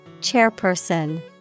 Chairperson